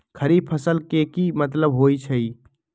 खरीफ फसल के की मतलब होइ छइ?